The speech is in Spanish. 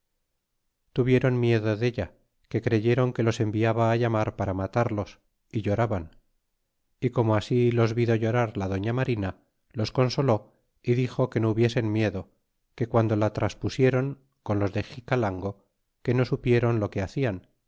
tuvieron miedo della que creyeron que los enviaba llamar para matarlos y lloraban y como así los vido llorar la doña marina los consoló y dixo que no hubiesen miedo que guando la traspusieron con los de xicalango que no supieron lo que hacían